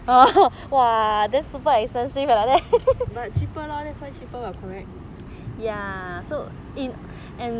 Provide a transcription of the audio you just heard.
but cheaper that's why cheaper correct